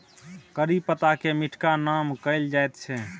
करी पत्ताकेँ मीठका नीम कहल जाइत छै